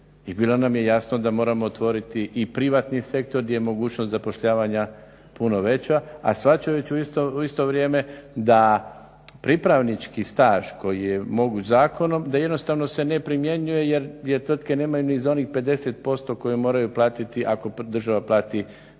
bilo nam je jasno da moramo otvoriti i privatni sektor gdje je mogućnost zapošljavanja puno veća, a shvaćajući u isto vrijeme da pripravnički staž koji je moguć zakonom da jednostavno se ne primjenjuje jer tvrtke nemaju ni za onih 50% koje moraju platiti ako država plati 50%.